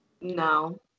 No